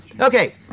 Okay